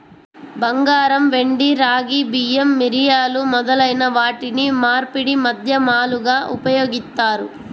బంగారం, వెండి, రాగి, బియ్యం, మిరియాలు మొదలైన వాటిని మార్పిడి మాధ్యమాలుగా ఉపయోగిత్తారు